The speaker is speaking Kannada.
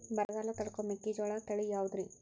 ಬರಗಾಲ ತಡಕೋ ಮೆಕ್ಕಿಜೋಳ ತಳಿಯಾವುದ್ರೇ?